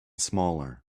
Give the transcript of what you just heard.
smaller